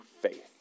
faith